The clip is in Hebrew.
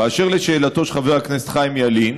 אשר לשאלתו של חבר הכנסת חיים ילין,